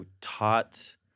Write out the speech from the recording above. taught